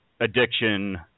addiction